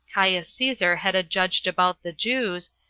caius caesar had adjudged about the jews,